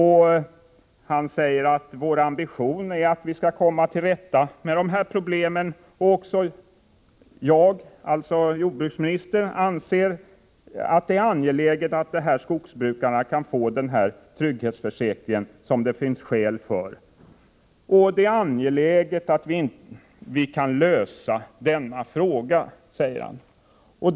Han har sagt att det är regeringens ambition att komma till rätta med problemen, så att skogsbrukarna kan få den trygghetsförsäkring som det finns skäl för. Det är angeläget att vi kan lösa denna fråga, säger han.